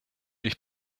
dich